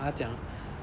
他讲